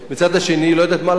מצד שני היא לא יודעת מה לעשות,